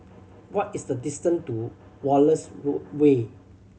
what is the distant to Wallace Road Way